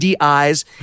eyes